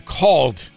called